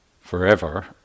forever